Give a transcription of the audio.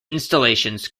installations